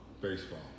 Baseball